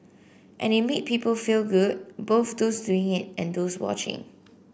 and it made people feel good both those doing it and those watching